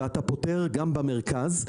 ואתה פותר גם במרכז,